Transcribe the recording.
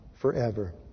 forever